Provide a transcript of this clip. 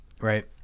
right